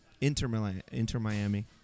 Inter-Miami